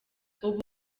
ubu